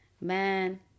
Man